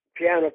piano